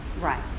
Right